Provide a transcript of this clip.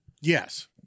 Yes